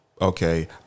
okay